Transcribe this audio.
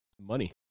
money